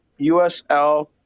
USL